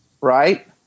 Right